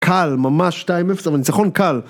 קל ממש 2-0 אבל ניצחון קל